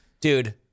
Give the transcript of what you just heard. Dude